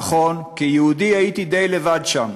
נכון, כיהודי הייתי די לבד שם.